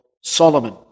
Solomon